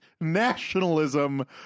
nationalism